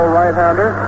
right-hander